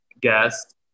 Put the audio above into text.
guest